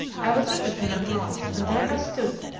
i was rid of him at last and there i stood,